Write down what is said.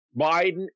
Biden